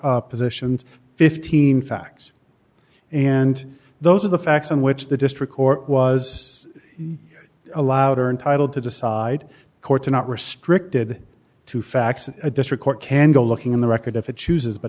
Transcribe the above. positions fifteen facts and those are the facts on which the district court was allowed or entitled to decide courts are not restricted to facts a district court can go looking in the record if it chooses but